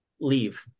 leave